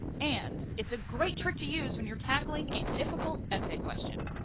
and it's a great trick to use when you're tackling a difficult essay question.